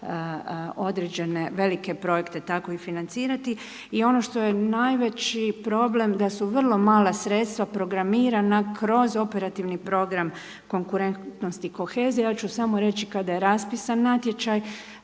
određene velike projekt tako i financirati. I ono što je najveći problem da su vrlo mala sredstva programirana kroz operativni program konkurentnosti i kohezije ja ću samo reći kada je raspisan natječaj